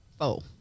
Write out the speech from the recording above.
Four